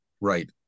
right